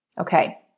Okay